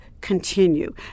continue